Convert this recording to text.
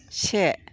से